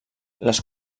les